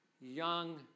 young